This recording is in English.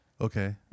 Okay